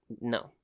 No